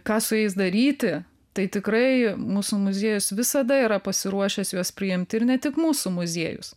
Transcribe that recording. ką su jais daryti tai tikrai mūsų muziejus visada yra pasiruošęs juos priimti ir ne tik mūsų muziejus